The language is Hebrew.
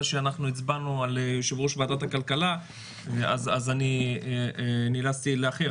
שהצבענו על יושב-ראש ועדת הכלכלה נאלצתי לאחר.